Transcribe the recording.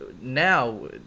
now